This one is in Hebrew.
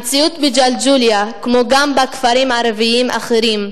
המציאות בג'לג'וליה, וגם בכפרים ערביים אחרים,